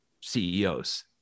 CEOs